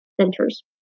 centers